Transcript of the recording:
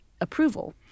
approval